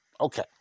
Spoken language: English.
okay